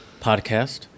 Podcast